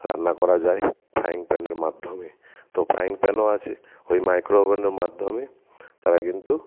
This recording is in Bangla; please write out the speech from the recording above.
রান্না করা যায় ফ্রাইং প্যানের মাধ্যমে তো ফ্রাইং প্যানও আছে ওই মাইক্রো ওভেনের মাধ্যমে তারা কিন্তু